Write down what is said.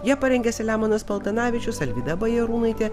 ją parengė selemonas paltanavičius alvyda bajarūnaitė